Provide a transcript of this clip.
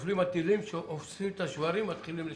נופלים הטילים, אוספים את השברים, מתחילים לשבץ.